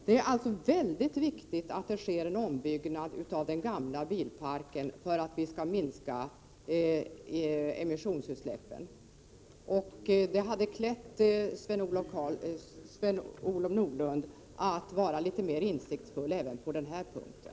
Det är således mycket viktigt att det sker en ombyggnad av den gamla bilparken för att man skall kunna minska emissionsutsläppen. Det hade varit klädsamt om Sven-Olof Nordlund visat mer insiktsfullhet även på den här punkten.